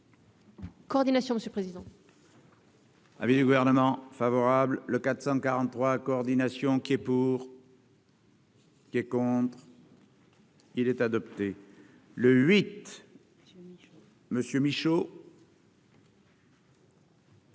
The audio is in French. coordination, monsieur le président.